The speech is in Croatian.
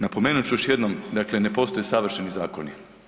Napomenut ću još jednom, dakle, ne postoje savršeni zakoni.